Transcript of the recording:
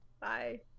bye